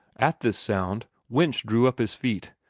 at this sound, winch drew up his feet,